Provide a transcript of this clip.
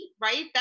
right